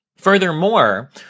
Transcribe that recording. Furthermore